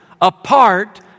apart